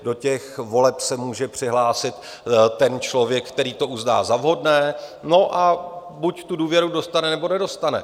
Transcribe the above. Do těch voleb se může přihlásit ten člověk, který to uzná za vhodné, a buď tu důvěru dostane, nebo nedostane.